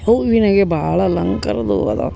ಹೂವಿನಾಗೆ ಭಾಳ ಅಲಂಕಾರದವು ಅದಾವೆ